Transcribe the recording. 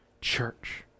church